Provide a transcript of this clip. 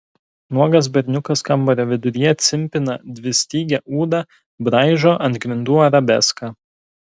nuogas berniukas kambario viduryje cimpina dvistygę ūdą braižo ant grindų arabeską